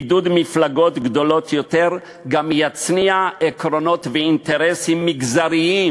עידוד מפלגות גדולות יותר גם יצניע עקרונות ואינטרסים מגזריים.